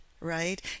right